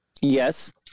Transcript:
Yes